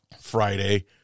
Friday